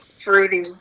fruity